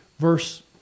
verse